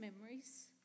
memories